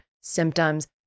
symptoms